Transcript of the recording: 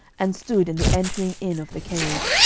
and stood in the entering in of the cave.